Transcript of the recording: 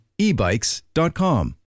ebikes.com